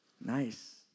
nice